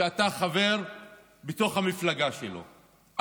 אתה חבר במפלגה שלו,